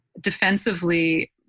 defensively